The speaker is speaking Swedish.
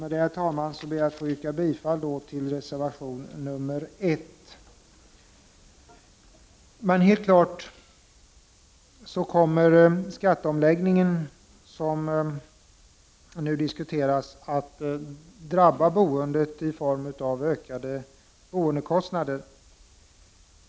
Med detta ber jag att få yrka bifall till reservation 1. Den skatteomläggning som nu diskuteras kommer helt klart att drabba boendet i form av ökade boendekostnader.